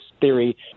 theory